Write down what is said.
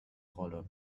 rolle